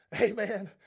Amen